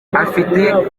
afite